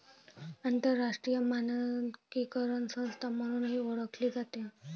आंतरराष्ट्रीय मानकीकरण संस्था म्हणूनही ओळखली जाते